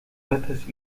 veces